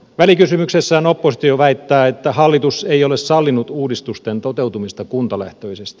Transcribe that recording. välikysymyksessään oppositio väittää että hallitus ei ole sallinut uudistusten toteutumista kuntalähtöisesti